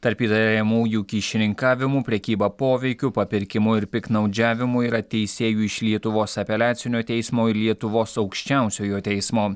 tarp įtariamųjų kyšininkavimu prekyba poveikiu papirkimu ir piktnaudžiavimu yra teisėjų iš lietuvos apeliacinio teismo ir lietuvos aukščiausiojo teismo